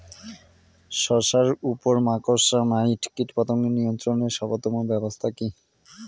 শশার উপর মাকড়সা মাইট কীটপতঙ্গ নিয়ন্ত্রণের সর্বোত্তম ব্যবস্থা কি?